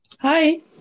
Hi